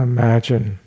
Imagine